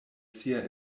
sia